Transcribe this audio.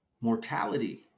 mortality